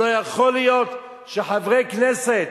לא יכול להיות שחברי כנסת